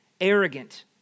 arrogant